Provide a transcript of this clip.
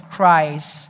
Christ